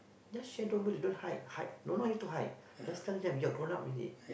just share don't worry don't hide hide don't need to hide just tell them you are grown up already